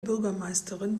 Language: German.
bürgermeisterin